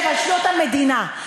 מכל 67 שנות המדינה,